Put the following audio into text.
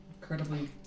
Incredibly